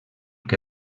que